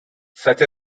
such